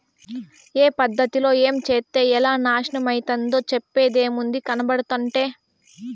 ఏ పద్ధతిలో ఏంచేత్తే ఎలా నాశనమైతందో చెప్పేదేముంది, కనబడుతంటే